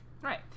Right